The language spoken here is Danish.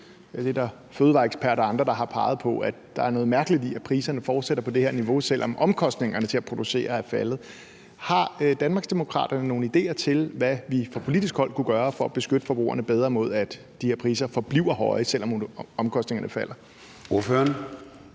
Der er fødevareeksperter og andre, der har peget på, at der er noget mærkeligt i, at priserne fortsætter på det her niveau, selv om omkostningerne til at producere er faldet. Har Danmarksdemokraterne nogen idéer til, hvad vi fra politisk hold kunne gøre for at beskytte forbrugerne bedre mod, at de her priser forbliver høje, selv om omkostningerne falder? Kl.